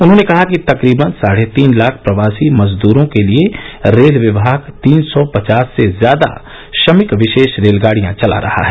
उन्होंने कहा कि तकरीबन साढ़े तीन लाख प्रवासी मजदूरो के लिए रेल विभाग तीन सौ पचास से ज्यादा श्रमिक विशेष रेलगाड़िया चला रहा है